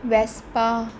Vespa